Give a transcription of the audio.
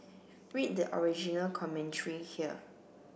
read the original commentary here